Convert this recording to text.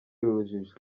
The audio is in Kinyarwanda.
urujijo